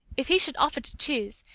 if he should offer to choose,